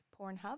Pornhub